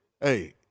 Hey